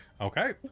Okay